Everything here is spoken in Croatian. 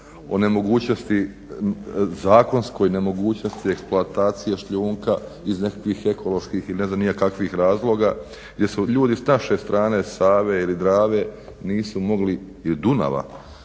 o nemogućnosti, zakonskoj nemogućnosti eksploatacije šljunka iz nekakvih ekoloških ili ne znam ni ja kakvih razloga gdje su ljudi s naše strane Save ili Drave nisu mogli, ili Dunava,